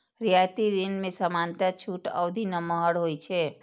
रियायती ऋण मे सामान्यतः छूट अवधि नमहर होइ छै